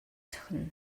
зохино